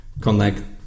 connect